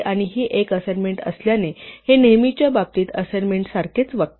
आणि ही एक असाइनमेंट असल्याने हे नेहमीच्या बाबतीत असाइनमेंटसारखेच वागते